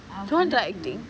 should try acting